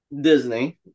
Disney